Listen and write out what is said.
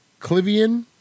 Clivian